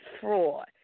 fraud